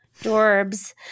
Dorbs